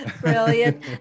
Brilliant